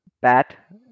bat